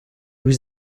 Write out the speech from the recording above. was